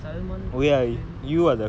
salman ashwin